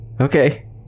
Okay